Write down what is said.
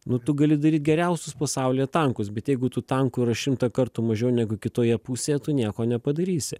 nu tu gali daryt geriausius pasaulyje tankus bet jeigu tų tankų yra šimtą kartų mažiau negu kitoje pusėje tu nieko nepadarysi